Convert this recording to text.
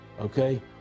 okay